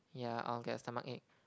ya I'll get stomachache